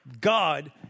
God